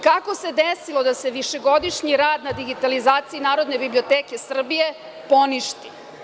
Kako se desilo da se višegodišnji rad na digitalizaciji Narodne biblioteke Srbije poništi.